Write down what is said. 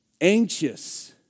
anxious